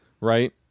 Right